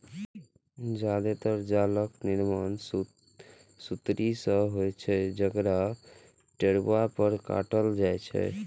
जादेतर जालक निर्माण सुतरी सं होइत छै, जकरा टेरुआ पर काटल जाइ छै